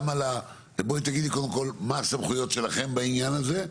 בואי תגידי קודם מה הסמכויות שלכם בעניין הזה,